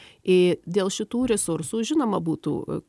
į dėl šitų resursų žinoma būtų